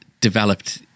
developed